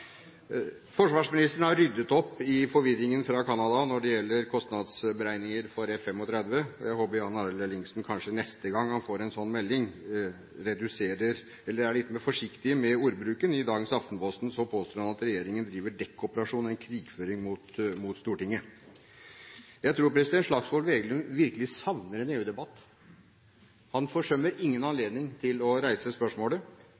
Forsvarsministeren har ryddet opp i forvirringen fra Canada når det gjelder kostnadsberegninger for F-35. Jeg håper Jan Arild Ellingsen neste gang han får en slik melding, kanskje er litt mer forsiktig med ordbruken. I dagens Aftenposten påstår han at regjeringen «driver en dekkoperasjon, en krigføring mot Stortinget». Jeg tror representanten Slagsvold Vedum virkelig savner en EU-debatt. Han forsømmer ingen anledning til å reise spørsmålet.